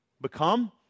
become